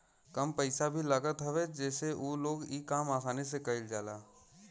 कम पइसा भी लागत हवे जसे उ लोग इ काम आसानी से कईल जाला